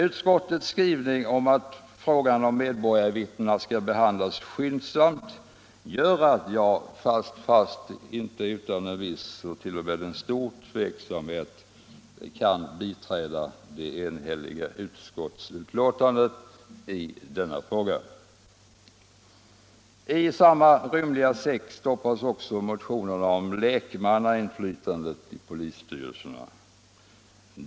Utskottets skrivning — utskottet uttalar att frågan om medborgarvittnen skall behandlas skyndsamt — gör att jag, dock inte utan en viss eller t.o.m. stor tvekan kan biträda det i denna fråga enhälliga utskottets hemställan. I samma rymliga ”säck” stoppas också motionerna om lekmannainflytandet i polisstyrelserna.